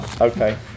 Okay